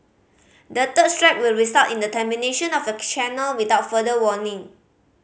the third strike will result in the termination of the channel without further warning